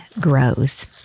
grows